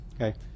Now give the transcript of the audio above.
okay